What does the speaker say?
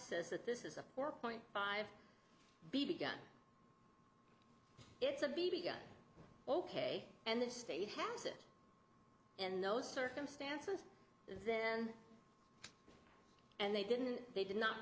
says that this is a four point five b b gun it's a b b gun ok and the state has it in those circumstances then and they didn't they did